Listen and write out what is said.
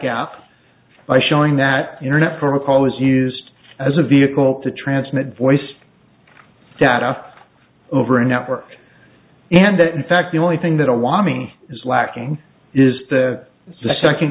gap by showing that internet protocol is used as a vehicle to transmit voice data over a network and that in fact the only thing they don't want me is lacking is the second